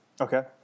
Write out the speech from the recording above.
Okay